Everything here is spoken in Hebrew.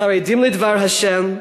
חרדים לדבר השם,